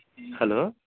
hello